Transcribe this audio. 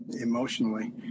emotionally